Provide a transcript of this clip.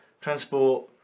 transport